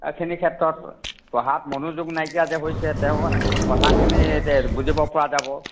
খিনি ক্ষেত্ৰত পঢ়াত মনোযোগ নাইকিয়া যে হৈছে তেওঁ কথাখিনি বুজিব পৰা যাব